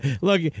Look